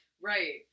Right